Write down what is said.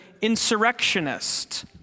insurrectionist